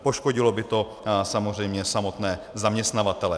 Poškodilo by to samozřejmě samotné zaměstnavatele.